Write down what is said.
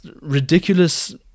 ridiculous